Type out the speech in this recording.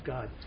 God